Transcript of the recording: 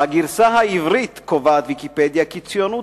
בגרסה העברית קובעת "ויקיפדיה" כי ציונות